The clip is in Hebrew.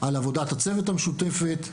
על עבודת הצוות המשותפת,